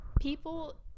people